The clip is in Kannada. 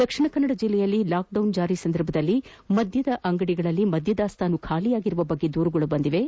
ದಕ್ಷಿಣಕನ್ನಡ ಜಿಲ್ಲೆಯಲ್ಲಿ ಲಾಕ್ಡೌನ್ ಜಾರಿ ಸಂದರ್ಭದಲ್ಲಿ ಮದ್ದದಂಗಡಿಗಳಲ್ಲಿ ಮದ್ದ ದಾಸ್ತಾನು ಖಾಲಿಯಾಗಿರುವ ಬಗ್ಗೆ ದೂರುಗಳು ಬಂದಿದ್ದು